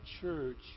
church